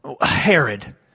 Herod